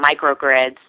microgrids